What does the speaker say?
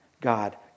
God